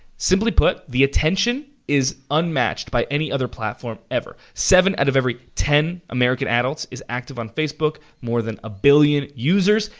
simply put, the attention is unmatched by any other platform, ever. seven out of every ten american adults is active on facebook. more than a billion users,